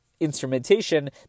instrumentation